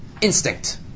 Instinct